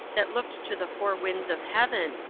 that looked to the four winds of heaven,